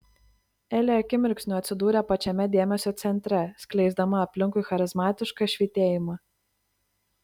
elė akimirksniu atsidūrė pačiame dėmesio centre skleisdama aplinkui charizmatišką švytėjimą